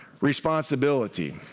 responsibility